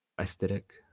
Aesthetic